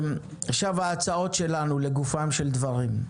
ההצעות שלנו, לגופם של דברים.